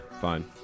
fine